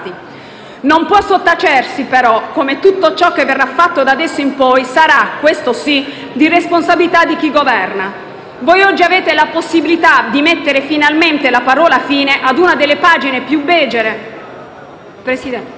Non può sottacersi, però, come tutto ciò che verrà fatto da adesso in poi sarà - questo sì - di responsabilità di chi governa. Voi oggi avete la possibilità di mettere finalmente la parola fine a una delle pagine più becere